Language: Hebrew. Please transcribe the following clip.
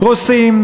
רוסים,